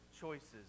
choices